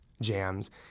jams